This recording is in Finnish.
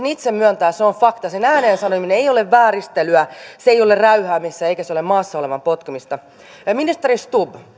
itse myöntää se on fakta sen ääneen sanominen ei ole vääristelyä se ei ole räyhäämistä eikä se ole maassa olevan potkimista ministeri stubb